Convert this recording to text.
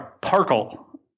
Parkle